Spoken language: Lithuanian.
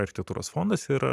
architektūros fondas ir